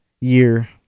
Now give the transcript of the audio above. year